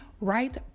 right